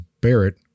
Barrett